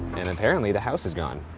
and apparently, the house is gone.